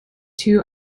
two